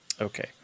Okay